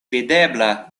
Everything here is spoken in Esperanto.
videbla